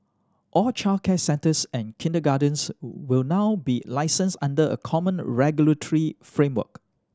all childcare centres and kindergartens will now be licensed under a common regulatory framework